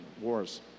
wars